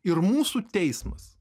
ir mūsų teismas